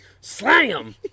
slam